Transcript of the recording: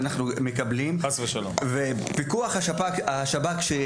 פיקוח השב"כ שדובר עליו כאן,